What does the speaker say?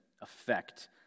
affect